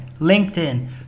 LinkedIn